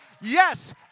Yes